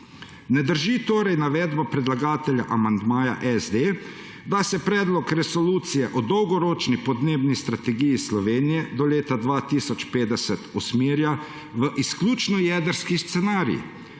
Ne drži torej navedba predlagatelja amandmaja SD, da se Predlog resolucije o Dolgoročni podnebni strategiji Slovenije do leta 2050 usmerja v izključno jedrski scenarij,